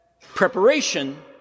preparation